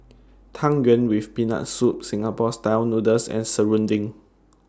Tang Yuen with Peanut Soup Singapore Style Noodles and Serunding